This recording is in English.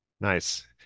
Nice